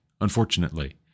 unfortunately